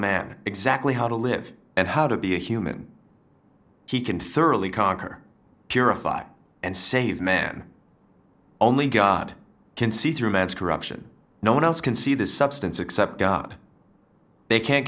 man exactly how to live and how to be a human he can thoroughly conquer purify and save man only god can see through man's corruption no one else can see this substance except god they can't